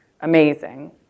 amazing